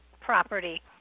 property